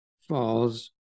falls